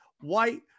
white